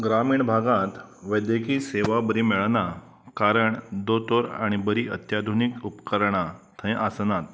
ग्रामीण भागांत वैद्यकी सेवा बरी मेळना कारण दोतोर आनी बरीं अत्याधुनीक उपकरणां थंय आसनात